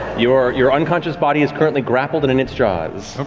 your your unconscious body is currently grappled and in its jaws.